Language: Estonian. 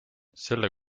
selle